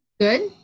Good